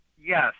Yes